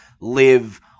live